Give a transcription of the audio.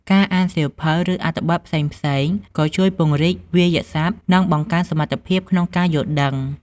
ការអានសៀវភៅ ឬអត្ថបទផ្សេងៗ ក៏ជួយពង្រីកវាក្យសព្ទ និងបង្កើនសមត្ថភាពក្នុងការយល់ដឹង។